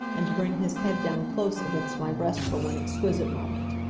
and to bring his head down close against my breast for one exquisite moment.